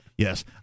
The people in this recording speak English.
Yes